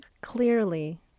clearly